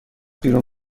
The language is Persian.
بیرون